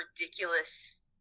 ridiculous